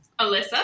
Alyssa